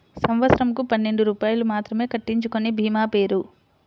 సంవత్సరంకు పన్నెండు రూపాయలు మాత్రమే కట్టించుకొనే భీమా పేరు?